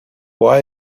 why